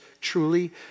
truly